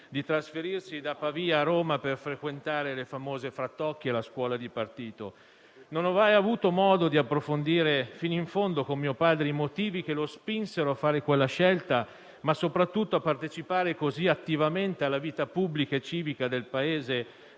di trasferirsi da Pavia a Roma per frequentare le famose «Frattocchie», la scuola di partito. Non ho mai avuto modo di approfondire fino in fondo con mio padre i motivi che lo spinsero a fare quella scelta e, soprattutto, a partecipare così attivamente alla vita pubblica e civica del Paese